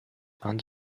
and